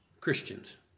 Christians